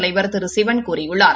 தலைவர் திரு சிவன் கூறியுள்ளார்